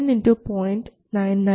99 അഥവാ 9